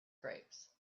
grapes